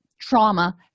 trauma